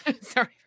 sorry